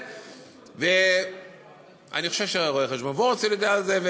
אני חושב שרואה החשבון וורצל יודע על זה,